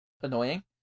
annoying